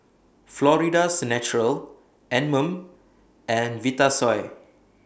Florida's Natural Anmum and Vitasoy